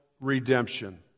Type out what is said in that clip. redemption